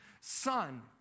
Son